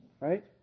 right